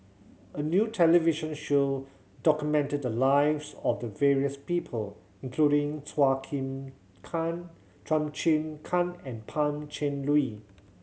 a new television show documented the lives of the various people including Chua Kim Kang Chua Chim Kang and Pan Cheng Lui